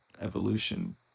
evolution